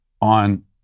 on